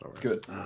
good